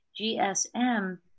GSM